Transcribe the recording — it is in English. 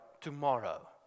tomorrow